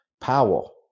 Powell